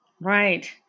Right